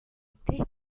actriz